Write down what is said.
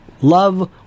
Love